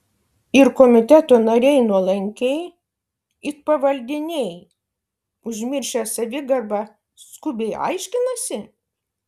ir komiteto nariai nuolankiai it pavaldiniai užmiršę savigarbą skubiai aiškinasi